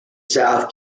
south